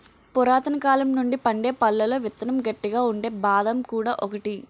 పురాతనకాలం నుండి పండే పళ్లలో విత్తనం గట్టిగా ఉండే బాదం కూడా ఒకటి